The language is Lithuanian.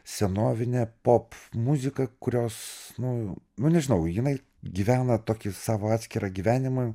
senovinė pop muzika kurios nu nu nežinau jinai gyvena tokį savo atskirą gyvenimą